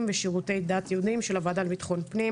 ושירותי דת יהודיים ושל ועדת ביטחון הפנים.